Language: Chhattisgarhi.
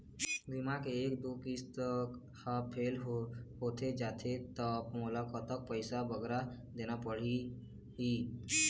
बीमा के एक दो किस्त हा फेल होथे जा थे ता मोला कतक पैसा बगरा देना पड़ही ही?